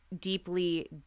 deeply